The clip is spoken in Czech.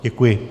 Děkuji.